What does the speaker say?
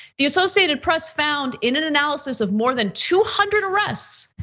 the associated press found in an analysis of more than two hundred arrests.